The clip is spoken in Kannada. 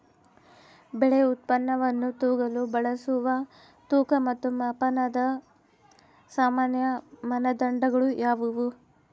ಬೆಳೆ ಉತ್ಪನ್ನವನ್ನು ತೂಗಲು ಬಳಸುವ ತೂಕ ಮತ್ತು ಮಾಪನದ ಸಾಮಾನ್ಯ ಮಾನದಂಡಗಳು ಯಾವುವು?